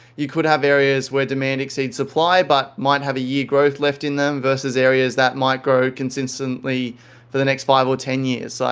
you could have areas where demands exceeds supply, but might have a year growth left in them versus areas that might grow consistently for the next five or ten years.